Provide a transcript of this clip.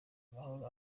amahoro